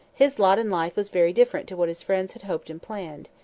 his lot in life was very different to what his friends had hoped and planned.